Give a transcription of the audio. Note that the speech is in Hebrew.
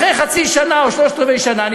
אחרי חצי שנה או שלושת-רבעי שנה אני